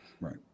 right